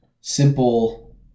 simple